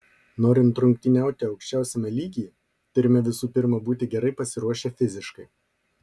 norint rungtyniauti aukščiausiame lygyje turime visų pirma būti gerai pasiruošę fiziškai